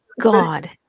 God